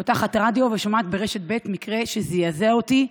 אני פותחת רדיו ושומעת ברשת ב' מקרה שזעזע אותי,